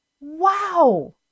wow